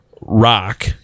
rock